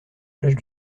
plages